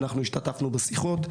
אנחנו השתתפנו בשיחות,